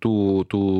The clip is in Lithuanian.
tų tų